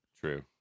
True